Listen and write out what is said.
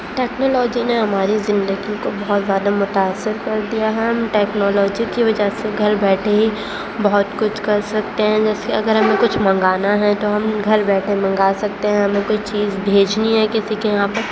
technology نے ہماری زندگی کو بہت زیادہ متأثر کر دیا ہے ہم ٹیکنالوجی کی وجہ سے گھر بیٹھے ہی بہت کچھ کر سکتے ہیں جیسے اگر ہمیں کچھ منگانا ہے تو ہم گھر بیٹھے منگا سکتے ہیں ہمیں کوئی چیز بھیجنی ہے کسی کے یہاں پر